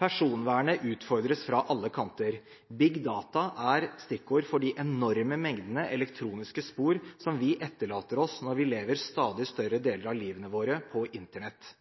Personvernet utfordres fra alle kanter. «Big data» er stikkord for de enorme mengdene elektroniske spor som vi etterlater oss når vi lever stadig større deler av livet vårt på Internett.